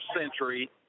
Century